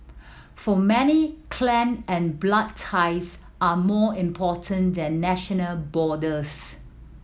for many clan and blood ties are more important than national borders